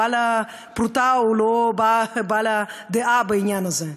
בעל הפרוטה הוא לא בעל הדעה בעניין הזה.